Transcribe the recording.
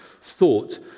thought